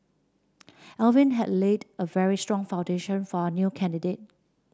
Alvin has laid a very strong foundation for our new candidate